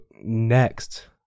next